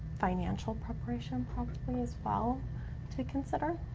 financial preparation probably as well to consider.